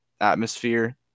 atmosphere